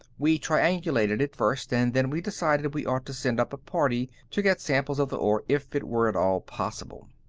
we triangulated it first, and then we decided we ought to send up a party to get samples of the ore if it were at all possible.